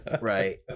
Right